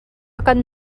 kan